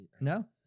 No